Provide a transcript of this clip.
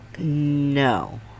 no